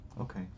Okay